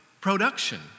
production